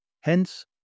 Hence